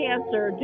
Cancer